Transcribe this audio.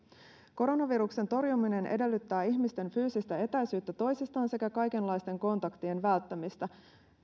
koronaviruksen torjuminen edellyttää ihmisten fyysistä etäisyyttä toisistaan sekä kaikenlaisten kontaktien välttämistä